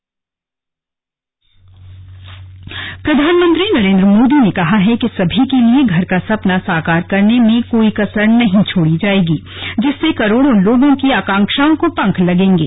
slug सभी के लिए घर प्रधानमंत्री नरेंद्र मोदी ने कहा है कि सभी के लिए घर का सपना साकार करने में कोई कसर नहीं छोड़ी जाएगी जिससे करोड़ों लोगों की आकांक्षाओं को पंख लगेंगे